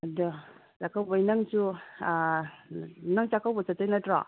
ꯑꯗꯣ ꯆꯥꯛꯀꯧꯕꯒꯤ ꯅꯪꯁꯨ ꯅꯪ ꯆꯥꯛꯀꯧꯕ ꯆꯠꯇꯣꯏ ꯅꯠꯇ꯭ꯔꯣ